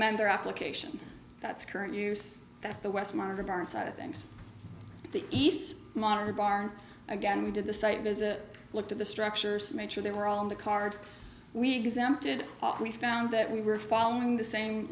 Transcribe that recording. amend their application that's current use that's the west marvin barn side of things the east monitor bar again we did the site visit looked at the structures to make sure they were all on the card we exempted we found that we were following the same